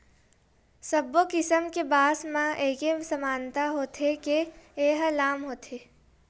सब्बो किसम के बांस म एके समानता होथे के ए ह लाम होथे